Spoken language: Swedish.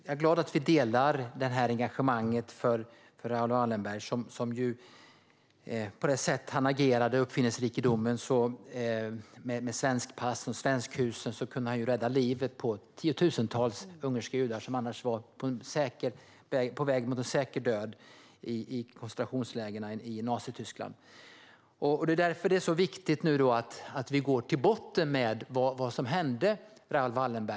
Herr talman! Jag är glad över att vi delar engagemanget för Raoul Wallenberg. På det sätt han agerade och med sin uppfinnesrikedom - med svenskpassen och svenskhusen - kunde han rädda livet på tiotusentals ungerska judar som annars var på väg mot en säker död i koncentrationslägren i Nazityskland. Därför är det så viktigt att vi går till botten med vad som hände Raoul Wallenberg.